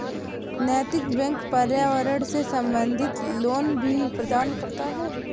नैतिक बैंक पर्यावरण से संबंधित लोन भी प्रदान करता है